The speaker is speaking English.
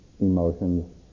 emotions